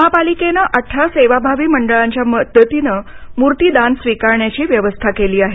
महापालिकेनं अठरा सेवाभावी मंडळाच्या मदतीनं मूर्ती दान स्वीकारण्याची व्यवस्था करण्यात आली आहे